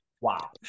Wow